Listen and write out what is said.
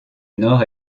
nord